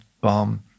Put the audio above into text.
bomb